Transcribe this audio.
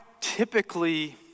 typically